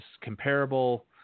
comparable